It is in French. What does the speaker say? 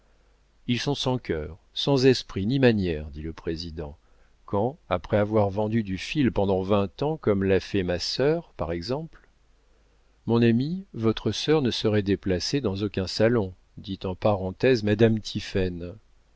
ils sont sans cœur sans esprit ni manières dit le président quand après avoir vendu du fil pendant vingt ans comme l'a fait ma sœur par exemple mon ami votre sœur ne serait déplacée dans aucun salon dit en parenthèse madame